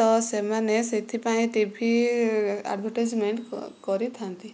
ତ ସେମାନେ ସେଥିପାଇଁ ଟିଭି ଆଡ଼ଭଟାଇଜମେଣ୍ଟ କରିଥାନ୍ତି